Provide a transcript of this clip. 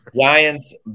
Giants